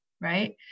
right